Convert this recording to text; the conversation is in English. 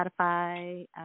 Spotify